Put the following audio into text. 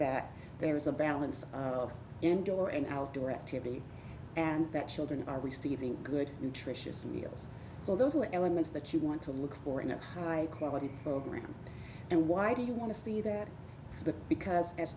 that there is a balance of indoor and outdoor activity and that children are receiving good nutritious meals so those are the elements that you want to look for in a high quality program and why do you want to see that the because as